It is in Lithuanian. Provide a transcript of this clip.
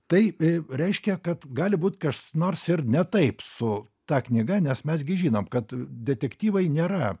tai i reiškia kad gali būt kas nors ir ne taip su ta knyga nes mes gi žinom kad detektyvai nėra